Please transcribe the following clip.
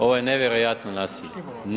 Ovo je nevjerojatno nasilje.